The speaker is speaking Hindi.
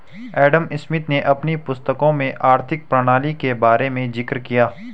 एडम स्मिथ ने अपनी पुस्तकों में आर्थिक प्रणाली के बारे में जिक्र किया है